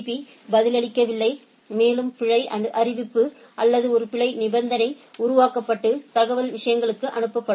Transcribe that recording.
பீ பதிலளிக்கவில்லை மேலும் பிழை அறிவிப்பு அல்லது ஒரு பிழை நிபந்தனை உருவாக்கப்பட்டு தகவல் விஷயங்களுக்கு அனுப்பப்படும்